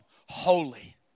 holy